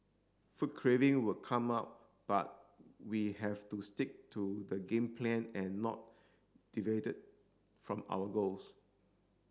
food craving would come up but we have to stick to the game plan and not from our goals